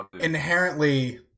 inherently